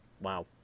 Wow